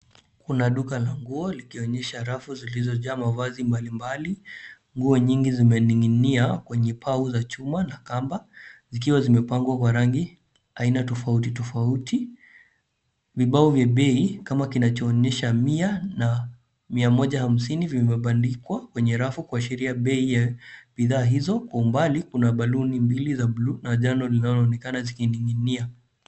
Kuna duka la nguo likionyesha rafu zilizo na mavazi mbali mbali. Nguo nyingi zimening'inia kwenye chuma na kamba zikiwa zimepangwa kwa rangi ya aina tofauti tofauti. Vibao vya bei kama kinachoonyesha Mia na Mia moja hamsini zimebandikwa kwenye rafu kuashiria bei za bidhaa hizo. Kwa umbali kuna baluni mbili za bluu na jano linaloonekana chini likining'inia. .